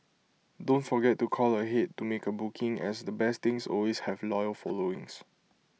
don't forget to call ahead to make A booking as the best things always have loyal followings